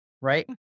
Right